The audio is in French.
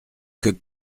que